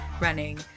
running